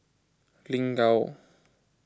Lin Gao